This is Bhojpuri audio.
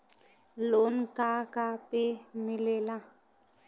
लोन का का पे मिलेला?